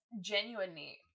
genuinely